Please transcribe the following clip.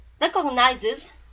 recognizes